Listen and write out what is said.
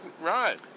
right